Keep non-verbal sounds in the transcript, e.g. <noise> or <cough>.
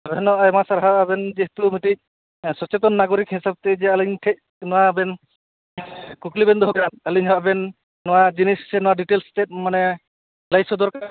<unintelligible> ᱟᱭᱢᱟ ᱥᱟᱨᱦᱟᱣ ᱟᱵᱮᱱ ᱡᱮᱦᱮᱛᱩ ᱢᱤᱴᱤᱡ ᱥᱚᱪᱮᱛᱚᱱ ᱱᱟᱜᱚᱨᱤᱠ ᱦᱤᱥᱟᱹᱵ ᱛᱮ ᱡᱮ ᱟᱹᱞᱤᱧ ᱴᱷᱮᱡ ᱱᱚᱣᱟ ᱵᱮᱱ ᱠᱩᱠᱞᱤ ᱵᱮᱱ ᱫᱚᱦᱚ ᱠᱮᱫᱟ ᱟᱹᱞᱤᱧ ᱦᱚᱸ ᱟᱵᱮᱱ ᱱᱚᱣᱟ ᱡᱤᱱᱤᱥ ᱥᱮ ᱱᱚᱣᱟ ᱰᱤᱴᱮᱞᱥ ᱛᱮᱫ ᱢᱟᱱᱮ ᱞᱟᱹᱭ ᱥᱚᱫᱚᱨ <unintelligible>